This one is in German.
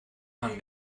man